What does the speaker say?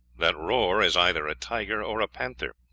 that roar is either a tiger or a panther,